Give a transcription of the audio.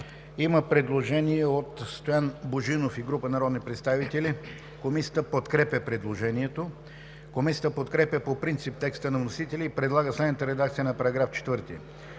Предложение от Даниела Савеклиева и група народни представители. Комисията подкрепя предложението. Комисията подкрепя по принцип текста на вносителя и предлага следната редакция на §